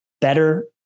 better